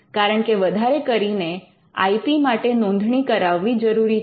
કારણકે વધારે કરીને આઇપી માટે નોંધણી કરાવવી જરૂરી છે